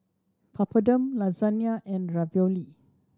Papadum Lasagna and Ravioli